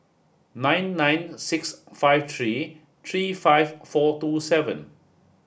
nine nine six five three three five four two seven